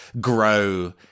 grow